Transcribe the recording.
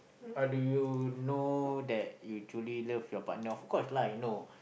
how do you know that you truly love your partner of course lah you know